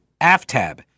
Aftab